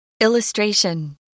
Illustration